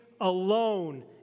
alone